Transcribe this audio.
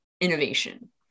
innovation